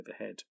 overhead